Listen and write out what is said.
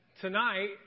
tonight